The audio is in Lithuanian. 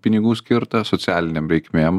pinigų skirta socialinėm reikmėm